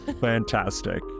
fantastic